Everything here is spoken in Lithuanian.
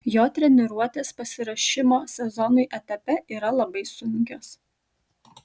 jo treniruotės pasiruošimo sezonui etape yra labai sunkios